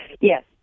Yes